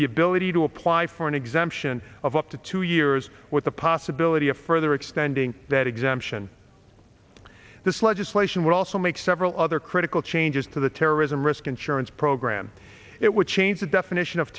the ability to apply for an exemption of up to two years with the possibility of further extending that exemption this legislation would also make several other critical changes to the terrorism risk insurance program it would change the definition of